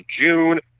June